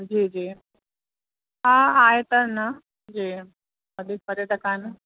जी जी हा आहे त न जी ॾाढी परे त कोन्हे